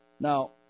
Now